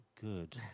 good